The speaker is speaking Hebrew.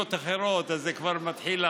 כשמתחילים מנגינות אחרות, אז זה כבר מתחיל להחשיד.